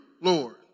Lord